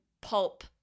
pulp